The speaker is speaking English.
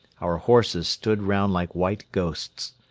our horses stood round like white ghosts,